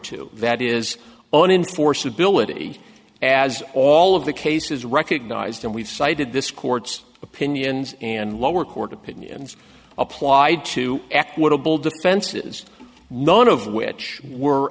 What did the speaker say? to that is on in force ability as all of the cases recognized and we've cited this court's opinions and lower court opinions applied to equitable defenses none of which were